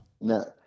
No